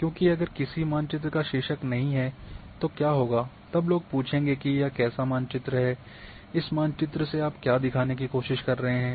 क्योंकि अगर किसी मानचित्र का शीर्षक नहीं है तो क्या होगा तब लोग पूछेंगे कि यह कैसा मानचित्र है इस मानचित्र से आप क्या दिखाने की कोशिश कर रहे हैं